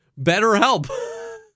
BetterHelp